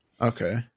okay